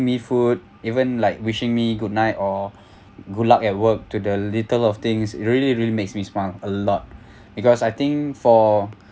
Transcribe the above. me food even like wishing me good night or good luck at work to the little of things really really makes me smile a lot because I think for